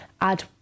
add